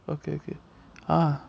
okay okay ah